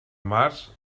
març